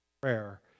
prayer